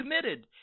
committed